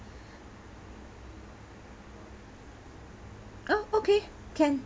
oh okay can